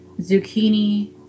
zucchini